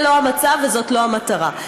זה לא המצב וזאת לא המטרה.